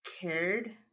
cared